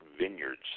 vineyards